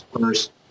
First